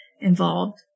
involved